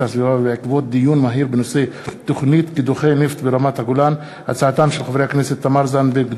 הסביבה בעקבות דיון מהיר בהצעתם של חברי הכנסת תמר זנדברג,